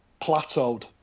plateaued